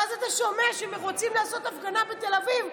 ואז אתה שומע שרוצים לעשות בתל אביב,